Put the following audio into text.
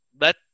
let